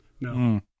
No